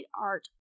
art